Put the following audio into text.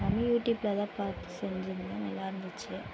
தமிழ் யூடியூப்பில் தான் பார்த்து செஞ்சுருந்தேன் நல்லா இருந்துச்சு